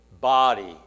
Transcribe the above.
body